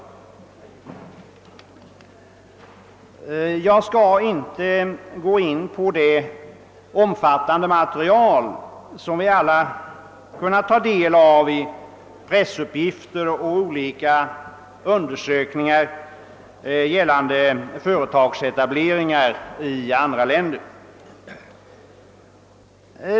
Jag skall inte gå in på det omfattande material som vi alla kunnat ta del av i pressuppgifter och olika undersökningar om företagsetableringar i andra länder.